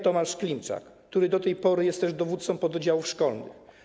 Tomasz Klimczak, który do tej pory jest też dowódcą pododdziałów szkolnych.